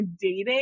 dating